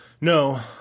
No